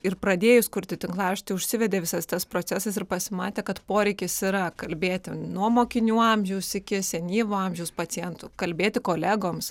ir pradėjus kurti tinklaraštį užsivedė visas tas procesas ir pasimatė kad poreikis yra kalbėti nuo mokinių amžiaus iki senyvo amžiaus pacientų kalbėti kolegoms